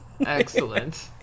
excellent